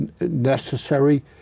necessary